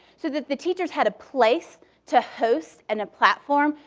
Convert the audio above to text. so the the teachers had a place to host, and a platform.